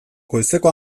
goizeko